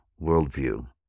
worldview